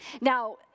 Now